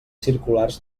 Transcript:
circulars